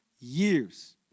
years